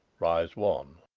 rise one.